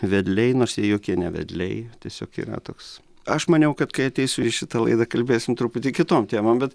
vedliai nors jie jokie ne vedliai tiesiog yra toks aš maniau kad kai ateisiu į šitą laidą kalbėsim truputį kitom temom bet